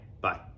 Bye